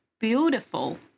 beautiful